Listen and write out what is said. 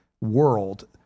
world